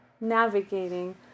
navigating